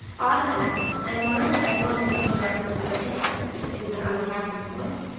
autumn asks, i um wondering what everyone thinks of direct message on instagram. is it an untapped resource?